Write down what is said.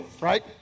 right